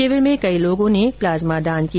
शिविर में कई लोगों ने प्लाज्मा दान किया